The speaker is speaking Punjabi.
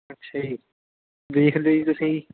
ਅੱਛਾ ਜੀ ਵੇਖ ਲਿਓ ਜੀ ਤੁਸੀਂ ਜੀ